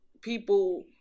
people